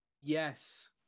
Yes